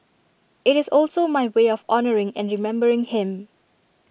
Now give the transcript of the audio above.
IT is also my way of honouring and remembering him